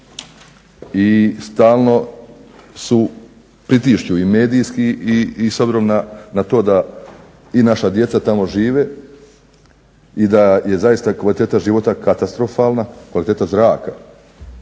i stalno pritišću i medijski i s obzirom na to da i naša djeca tamo žive i da je zaista kvaliteta života katastrofalna, kvaliteta zraka,